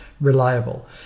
reliable